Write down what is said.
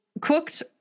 cooked